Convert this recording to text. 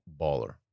baller